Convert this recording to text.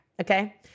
Okay